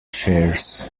shares